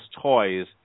toys